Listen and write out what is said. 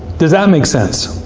does that make sense?